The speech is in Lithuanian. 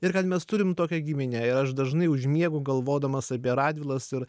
ir kad mes turim tokią giminę ir aš dažnai užmiegu galvodamas apie radvilas ir